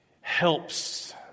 helps